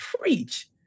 preach